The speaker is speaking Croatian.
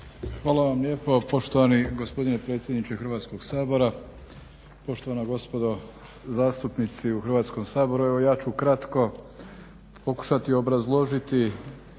Hvala vam lijepo poštovani gospodine predsjedniče Hrvatskog sabora. Poštovana gospodo zastupnici u Hrvatskom saboru. Evo ja ću ukratko pokušati obrazložiti